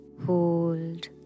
Hold